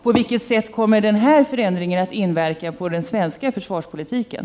På vilket sätt kommer denna förändring att inverka på den svenska försvarspolitiken?